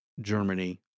Germany